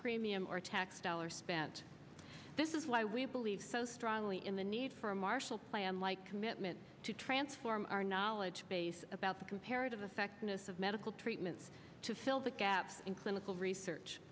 premium our tax dollars spent this is why we believe so strongly in the need for a marshall plan like commitment to transform our knowledge base about the comparative effectiveness of medical treatments to fill the gaps in clinical research